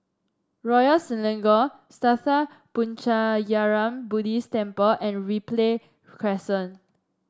Royal Selangor Sattha Puchaniyaram Buddhist Temple and Ripley Crescent